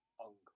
uncle